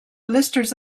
blisters